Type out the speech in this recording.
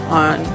on